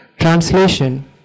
Translation